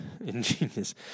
ingenious